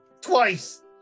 Twice